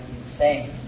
insane